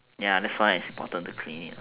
ya that's why it is important to clean it